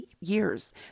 years